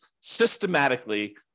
systematically